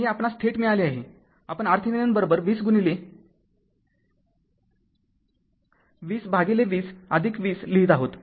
तर हे आपणास थेट मिळाले आहेआपण RThevenin २० गुणिले २०२०२० लिहीत आहोत